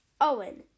Owen